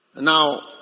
Now